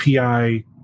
API